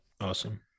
awesome